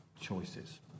choices